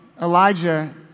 Elijah